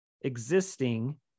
existing